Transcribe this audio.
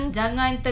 jangan